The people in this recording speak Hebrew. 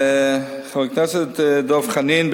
חבר הכנסת דב חנין,